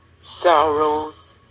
sorrows